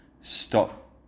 stop